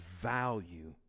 value